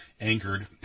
angered